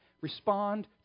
respond